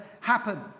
happen